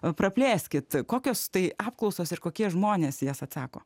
o praplėskit kokios tai apklausos ir kokie žmonės jas atsako